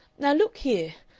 now look here!